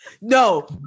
No